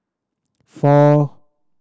four